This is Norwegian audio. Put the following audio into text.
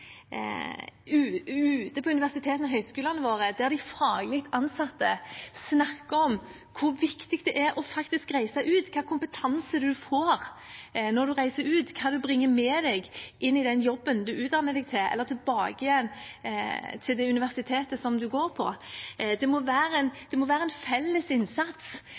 kulturendring ute på universitetene og høyskolene våre der de faglig ansatte snakker om hvor viktig det er faktisk å reise ut, hva slags kompetanse man får når man reiser ut, hva man bringer med seg inn i den jobben man utdanner seg til, eller tilbake igjen til det universitetet man går på. Det må være en felles innsats